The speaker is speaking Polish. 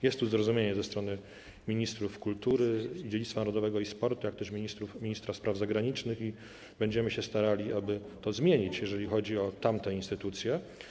Jest tu zrozumienie ze strony ministrów kultury, dziedzictwa narodowego i sportu, jak też ministra spraw zagranicznych i będziemy się starali to zmienić, jeżeli chodzi o tamte instytucje.